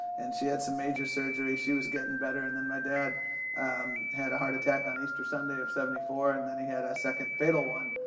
and she had some major surgery, she was gettin' better. and then my dad had a heart attack on easter sunday of seventy four, and then he had second, fatal one,